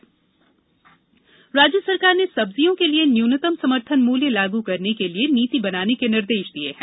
सब्जी दाम राज्य सरकार ने सब्जियों के लिए न्यूनतम समर्थन मूल्य लागू करने के लिए नीति बनाने के निर्देश दिए हैं